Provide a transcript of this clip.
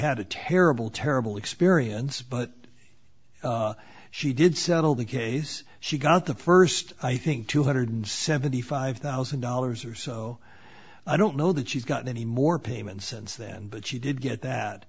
had a terrible terrible experience but she did settle the case she got the first i think two hundred seventy five thousand dollars or so i don't know that she's got any more payments since then but she did get that